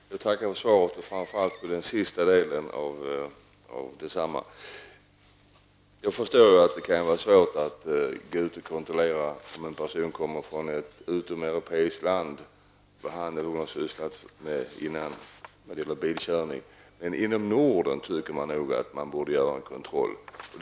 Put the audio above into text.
Fru talman! Jag tackar för svaret och framför allt för den sista delen av det. Jag förstår att det kan vara svårt att kontrollera vad en person som kommer från ett utomeuropeiskt land har sysslat med när det gäller bilkörning. Inom Norden tycker jag dock att man borde kunna göra kontroller.